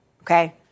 okay